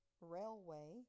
railway